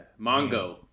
Mongo